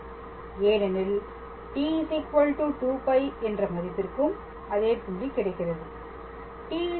ஏனெனில் t 2π என்ற மதிப்பிற்கும் அதே புள்ளி கிடைக்கிறது